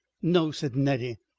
no, said nettie,